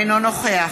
אינו נוכח